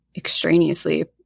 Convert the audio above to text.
extraneously